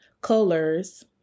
Colors